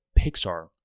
Pixar